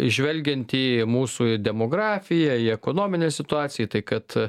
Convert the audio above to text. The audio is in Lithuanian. žvelgiant į mūsų demografiją į ekonominę situaciją į tai kad